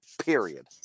period